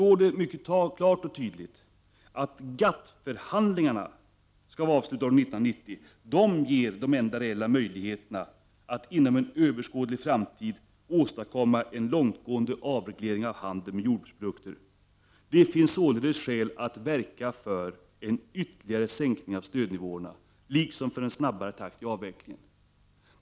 I reservation 4 står klart och tydligt att GATT-förhandlingarna skall vara avslutade år 1990 och att dessa ger de enda reella möjligheterna att inom överskådlig framtid åstadkomma en långtgående avreglering av handeln med jordbruksprodukter. Det finns således skäl att verka för en ytterligare sänkning av stödnivåerna liksom för en snabbare takt i avvecklingen.